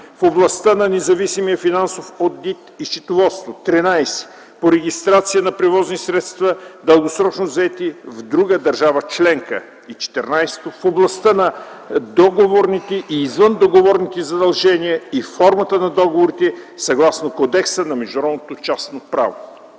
в областта на независимия финансов одит и счетоводството; 13. по регистрация на превозни средства, дългосрочно заети в друга държава членка; 14. в областта на договорните и извъндоговорните задължения и формата на договорите, съгласно Кодекса на международното частно право.”